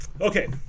Okay